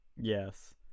yes